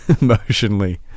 emotionally